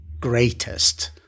greatest